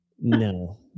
No